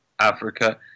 Africa